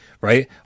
right